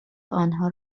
آنها